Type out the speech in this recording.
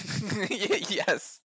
Yes